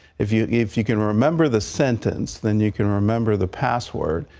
if you if you can remember the sentence, then you can remember the password,